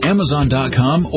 Amazon.com